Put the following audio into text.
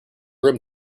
room